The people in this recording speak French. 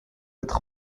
êtes